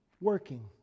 working